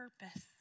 purpose